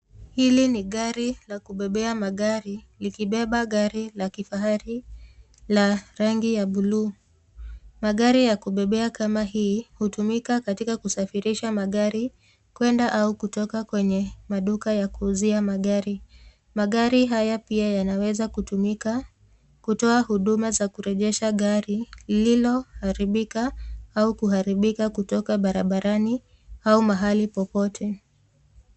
Hili ni gari la kubebea magari likibeba gari la kifahari la rangi ya bluu. Magari ya kubebea kama hii hutumika katika kusafirisha magari kwenda au kutoka kwenye maduka ya kuuzia magari. Magari haya pia yanaweza kutumia kutoa huduma za kurejesha gari lililoharibika au kuharibika kutoka barabarani au mahali popote.